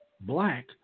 black